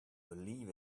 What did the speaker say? believe